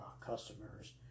customers